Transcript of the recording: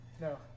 No